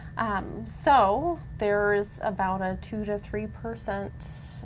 um so, there is about a two to three percent